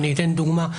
אני אתן דוגמה -- ברור.